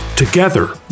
Together